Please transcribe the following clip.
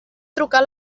trucar